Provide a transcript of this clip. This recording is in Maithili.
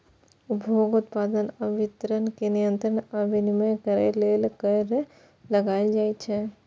उपभोग, उत्पादन आ वितरण कें नियंत्रित आ विनियमित करै लेल कर लगाएल जाइ छै